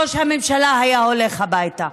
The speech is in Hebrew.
ראש הממשלה היה הולך הביתה.